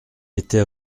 était